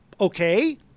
Okay